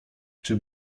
czy